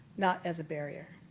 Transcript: not as a barrier.